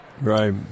Right